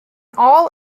all